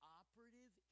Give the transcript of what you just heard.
operative